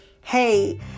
hey